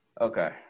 Okay